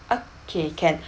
okay can